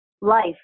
life